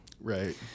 Right